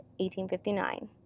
1859